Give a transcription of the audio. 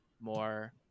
more